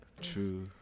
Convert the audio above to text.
True